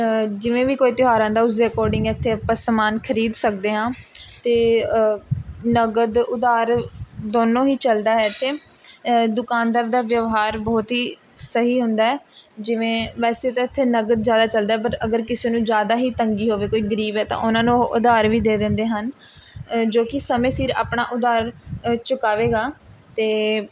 ਜਿਵੇਂ ਵੀ ਕੋਈ ਤਿਉਹਾਰ ਆਉਂਦਾ ਉਸ ਦੇ ਅਕੋਡਿੰਗ ਇੱਥੇ ਆਪਾਂ ਸਮਾਨ ਖ਼ਰੀਦ ਸਕਦੇ ਹਾਂ ਅਤੇ ਨਕਦ ਉਧਾਰ ਦੋਨੋਂ ਹੀ ਚੱਲਦਾ ਹੈ ਇੱਥੇ ਦੁਕਾਨਦਾਰ ਦਾ ਵਿਵਹਾਰ ਬਹੁਤ ਹੀ ਸਹੀ ਹੁੰਦਾ ਹੈ ਜਿਵੇਂ ਵੈਸੇ ਤਾਂ ਇੱਥੇ ਨਕਦ ਜ਼ਿਆਦਾ ਚੱਲਦਾ ਹੈ ਬਟ ਅਗਰ ਕਿਸੇ ਨੂੰ ਜ਼ਿਆਦਾ ਹੀ ਤੰਗੀ ਹੋਵੇ ਕੋਈ ਗਰੀਬ ਹੈ ਤਾਂ ਉਹਨਾਂ ਨੂੰ ਉਹ ਉਧਾਰ ਵੀ ਦੇ ਦਿੰਦੇ ਹਨ ਜੋ ਕਿ ਸਮੇਂ ਸਿਰ ਆਪਣਾ ਉਧਾਰ ਚੁਕਾਵੇਗਾ ਅਤੇ